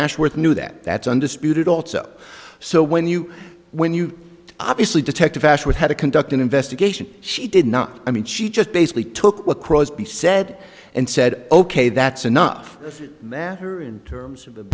ashworth knew that that's undisputed also so when you when you obviously detective ashwood had to conduct an investigation she did not i mean she just basically took what crosby said and said ok that's enough matter in terms of the